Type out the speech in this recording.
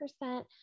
percent